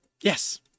Yes